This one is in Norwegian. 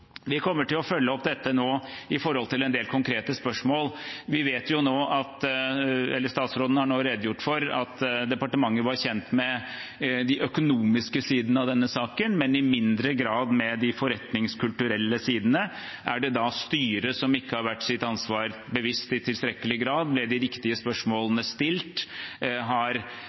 Vi kommer til å følge opp dette nå med en del konkrete spørsmål. Statsråden har nå redegjort for at departementet var kjent med de økonomiske sidene av denne saken, men i mindre grad med de forretningskulturelle sidene. Er det da styret som ikke har vært seg sitt ansvar bevisst i tilstrekkelig grad? Ble de riktige spørsmålene stilt? Har